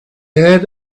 had